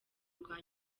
rwa